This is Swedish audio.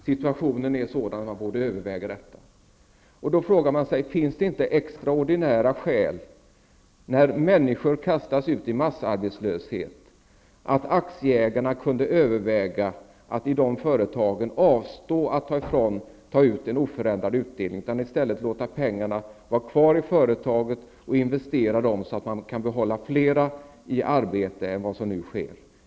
Då frågar man sig: När människor kastas ut i massarbetslöshet, finns det då inte extraordinära skäl för aktieägarna i de företagen att överväga att avstå från att ta ut en oförändrad utdelning och i stället låta pengarna vara kvar i företagen och investera dem så att man kan behålla fler i arbete än vad som nu sker?